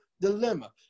dilemma